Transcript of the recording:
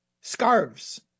scarves